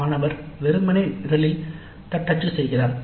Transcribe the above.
மாணவர் வெறுமனே நிரலில் தட்டச்சு செய்கிறார்